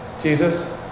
Jesus